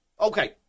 Okay